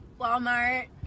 Walmart